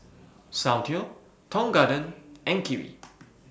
Soundteoh Tong Garden and Kiwi